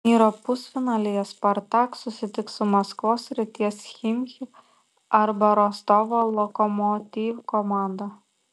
turnyro pusfinalyje spartak susitiks su maskvos srities chimki arba rostovo lokomotiv komanda